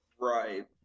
Right